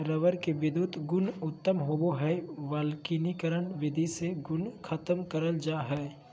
rubber के विधुत गुण उत्तम होवो हय वल्कनीकरण विधि से गुण खत्म करल जा हय